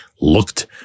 looked